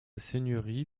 seigneurie